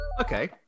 Okay